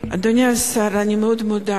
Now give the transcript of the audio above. אדוני השר, אני מאוד מודה